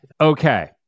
Okay